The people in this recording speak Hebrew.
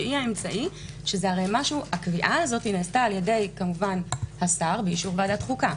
שהיא האמצעי - הקביעה הזאת נעשתה על-ידי השר באישור ועדת חוקה.